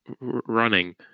running